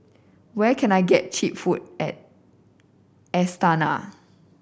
where can I get cheap food at Astana